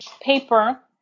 paper